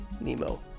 Nemo